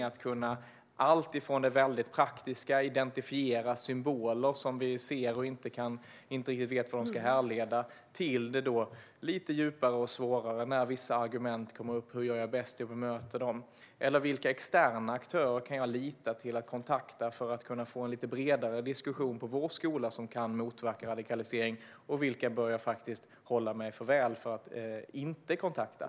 Det kan gälla alltifrån det praktiska att identifiera symboler till det lite djupare och svårare - hur kan jag bäst bemöta de argument som kommer upp, och vilka externa aktörer kan jag lita på och kontakta för att få en lite bredare diskussion som kan motverka radikalisering på vår skola? Man ska också veta vilka aktörer man bör hålla sig för god för att kontakta.